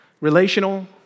relational